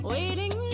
Waiting